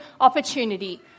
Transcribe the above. opportunity